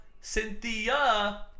Cynthia